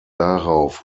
darauf